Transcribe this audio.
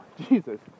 jesus